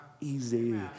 easy